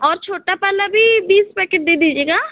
और छोटा वाला भी बीस पैकेट दे दीजिएगा